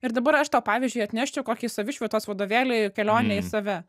ir dabar aš tau pavyzdžiui atneščiau kokį savišvietos vadovėlį kelionė į save